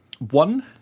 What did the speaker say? One